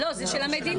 לא, זה של המדינה.